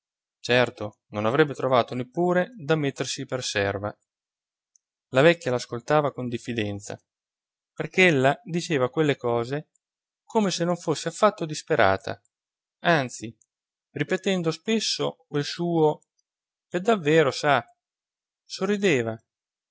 certo non avrebbe trovato neppure da mettersi per serva la vecchia l'ascoltava con diffidenza perché ella diceva quelle cose come se non ne fosse affatto disperata anzi ripetendo spesso quel suo pe davero sa sorrideva